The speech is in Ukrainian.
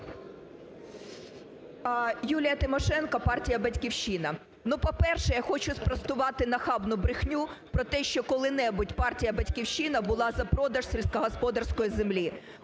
Юлія Тимошенко, партія "Батьківщина". Ну по-перше, я хочу спростувати нахабну брехню про те, що коли-небудь партія "Батьківщина" була за продаж сільськогосподарської землі,